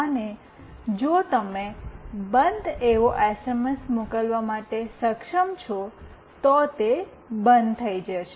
અને જો તમે ઑફ એવો એસએમએસ મોકલવા માટે સક્ષમ છો તો તે બંધ થઈ જશે